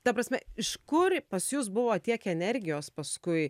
ta prasme iš kur pas jus buvo tiek energijos paskui